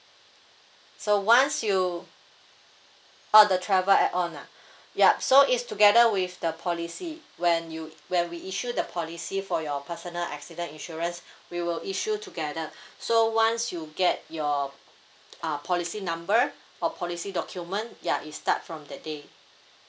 so once you uh the travel add on lah yup so it's together with the policy when you when we issue the policy for your personal accident insurance we will issue together so once you get your uh policy number or policy document ya it start from the day